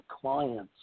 clients